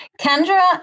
Kendra